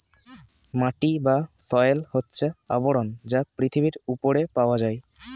মাটি বা সয়েল হচ্ছে আবরণ যা পৃথিবীর উপরে পাওয়া যায়